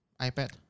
iPad